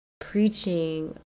preaching